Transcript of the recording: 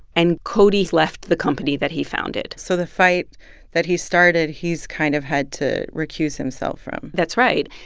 and cody's left the company that he founded so the fight that he started, he's kind of had to recuse himself from that's right.